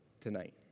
tonight